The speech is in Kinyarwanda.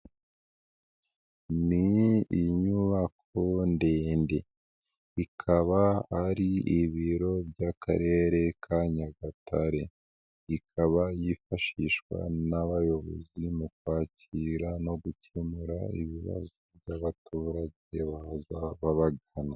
Ni inyubako ndende ikaba ari ibiro by'akarere ka Nyagatare, ikaba yifashishwa n'abayobozi mu kwakira no gukemura ibibazo by'abaturage baza babagana.